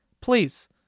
Please